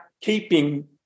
keeping